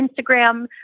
Instagram